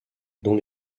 dont